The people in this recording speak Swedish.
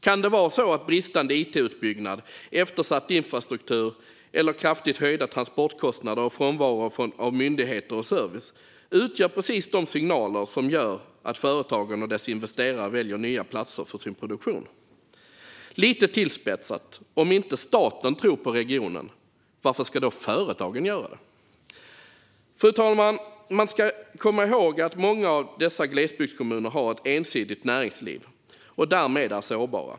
Kan det vara på det sättet att bristande it-utbyggnad, eftersatt infrastruktur, kraftigt höjda transportkostnader och frånvaro av myndigheter och service utgör precis de signaler som leder till att företag och deras investerare väljer nya platser för sin produktion? Lite tillspetsat: Om inte staten tror på regionen, varför ska då företagen göra det? Fru talman! Man ska komma ihåg att många av dessa glesbygdskommuner har ett ensidigt näringsliv och därmed är sårbara.